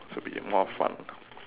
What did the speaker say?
should be more fun